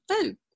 food